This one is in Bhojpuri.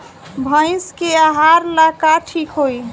भइस के आहार ला का ठिक होई?